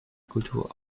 kultur